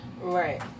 Right